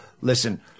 Listen